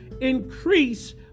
increase